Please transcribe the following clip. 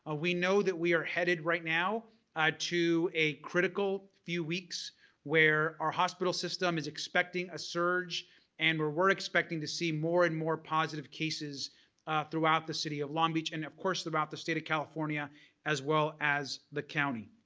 ah we know that we are headed right now to a critical few weeks where our hospital system is expecting a surge and we we're expecting to see more and more positive cases throughout the city of long beach and of course throughout the state of california as well as the county.